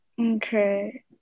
Okay